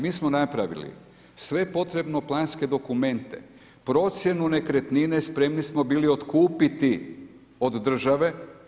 Mi smo napravili sve potrebno planske dokumente, procjenu nekretnine spremni smo bili otkupiti od države.